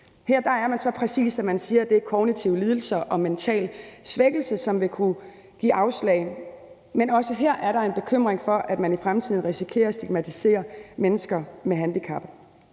Her er man så præcis, at man siger, at det er kognitive lidelser og mental svækkelse, som vil kunne give afslag, men også her er der en bekymring for, at man i fremtiden risikerer at stigmatisere mennesker med handicap.